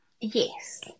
Yes